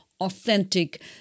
authentic